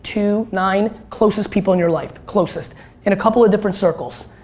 two, nine closest people in your life, closest in a couple of different circles,